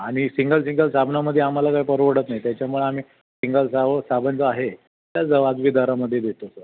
आणि single single साबणामध्ये आम्हाला काय परवडत नाही त्याच्यामुळं आम्ही सिंगल सावं साबण जो आहे त्याच वाजवी दरामध्ये देतो सर